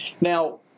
Now